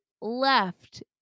left